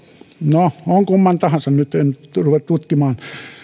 no on kumman tahansa nyt en rupea tutkimaan